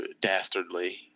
dastardly